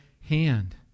hand